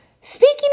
Speaking